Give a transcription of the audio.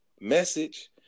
Message